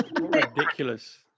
Ridiculous